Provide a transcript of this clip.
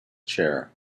chair